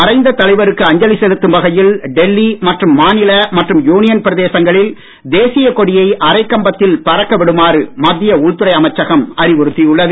மறைந்த தலைவருக்கு அஞ்சலி செலுத்தும் வகையில் டெல்லி மற்றும் மாநில மற்றும் யூனியன் பிரதேசங்களில் தேசிய கொடியை அரைக் கம்பத்தில் பறக்க விடுமாறு மத்திய உள்துறை அமைச்சகம் அறிவுறுத்தியுள்ளது